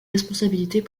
responsabilités